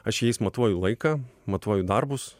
aš jais matuoju laiką matuoju darbus